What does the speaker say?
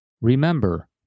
Remember